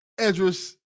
Edris